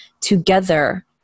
Together